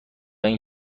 این